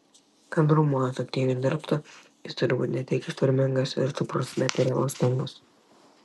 kad raumuo efektyviai dirbtų jis turi būti ne tik ištvermingas ir stiprus bet ir elastingas